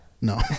No